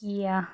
Kia